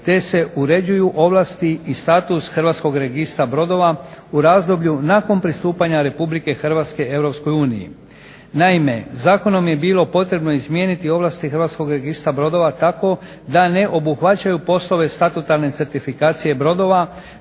te se uređuju ovlasti i status HRB-a u razdoblju nakon pristupanja RH EU. Naime, zakonom je bilo potrebno izmijeniti ovlasti HRB-a tako da ne obuhvaćaju poslove statutarne certifikacije brodova